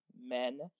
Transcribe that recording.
men